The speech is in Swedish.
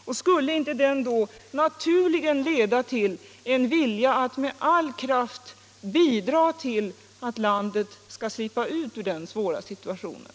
Och skulle den inte naturligen leda till en vilja att med all kraft bidra till att landet skall slippa ut ur den svåra situationen?